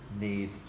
need